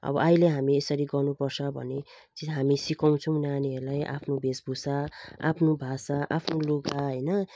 अब अहिले हामी यसरी गर्नु पर्छ भन्ने चिज हामी सिकाउँछौँ नानीहरूलाई आफ्नो भेषभूषा आफ्नो भाषा आफ्नो लुगा होइन